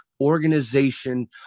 organization